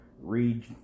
Read